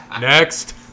Next